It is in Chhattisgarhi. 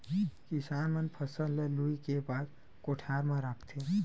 किसान मन फसल ल लूए के बाद कोठर म राखथे